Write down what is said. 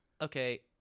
okay